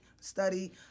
study